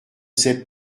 sait